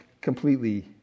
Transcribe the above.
completely